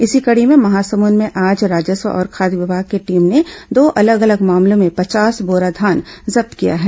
इसी कड़ी में महासमुंद में आज राजस्व और खाद्य विमाग की टीम ने दो अलग अलग मामलों में पचास बोरा धान जब्त किया है